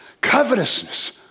covetousness